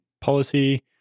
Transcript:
policy